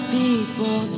people